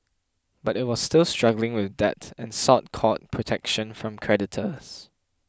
but it was still struggling with debt and sought court protection from creditors